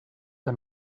que